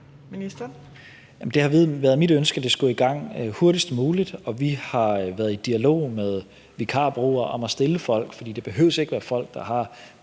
Det har været mit ønske, at det skulle i gang hurtigst muligt, og vi har været i dialog med vikarbureauer om at stille folk, for det behøver ikke at være folk, der har